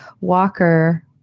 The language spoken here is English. Walker